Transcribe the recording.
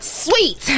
sweet